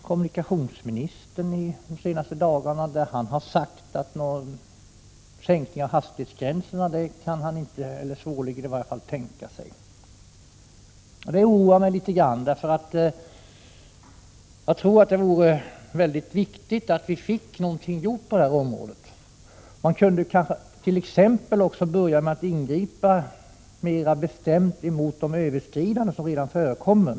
Kommunikationsministern har under de senaste dagarna dock gjort uttalanden om att han svårligen kan tänka sig någon sänkning av hastighetsgränserna. Det oroar mig litet grand. Det vore mycket värdefullt om något kunde göras på detta område. Man kan t.ex. ingripa mera bestämt mot de hastighetsöverskridanden som redan förekommer.